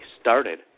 started